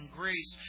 grace